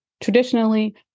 Traditionally